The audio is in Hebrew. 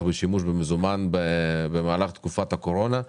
ושימוש במזומן במהלך תקופת הקורונה.